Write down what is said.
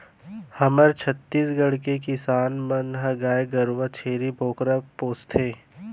हमर छत्तीसगढ़ के किसान मन ह गाय गरूवा, छेरी बोकरा पोसथें